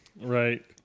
Right